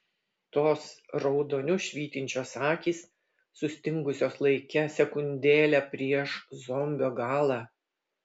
tos raudoniu švytinčios akys sustingusios laike sekundėlę prieš zombio galą